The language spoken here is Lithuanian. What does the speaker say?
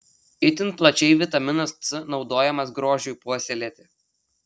itin plačiai vitaminas c naudojamas grožiui puoselėti